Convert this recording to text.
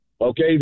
Okay